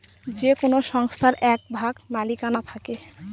যে কোনো সংস্থার এক ভাগ মালিকানা থাকে